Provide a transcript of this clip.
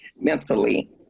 mentally